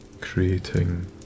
creating